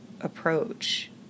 Approach